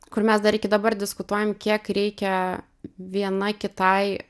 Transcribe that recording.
kur mes dar iki dabar diskutuojam kiek reikia viena kitai